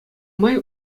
май